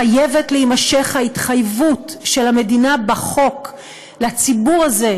חייבת להימשך ההתחייבות של המדינה בחוק לציבור הזה,